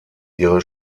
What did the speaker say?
ihre